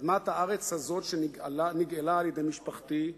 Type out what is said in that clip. אדמת הארץ הזאת שנגאלה על-ידי משפחתי,